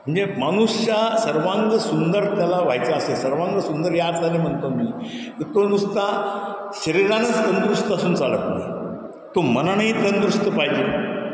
म्हणजे मनुष्य सर्वांग सुंदर त्याला व्हायचा असे सर्वांग सुंदर या अर्थानं म्हणतो मी तो नुसता शरीरानंच तंदुरुस्त असून चालत नाही तो मनानेही तंदुरुस्त पाहिजे